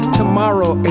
tomorrow